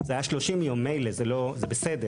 אם זה היה 30 יום אז מילא, זה בסדר.